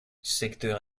secteur